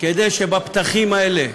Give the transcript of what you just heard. כדי שבפתחים האלה,